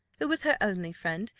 who was her only friend,